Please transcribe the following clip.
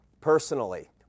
personally